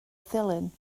ddulyn